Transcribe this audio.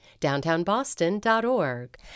DowntownBoston.org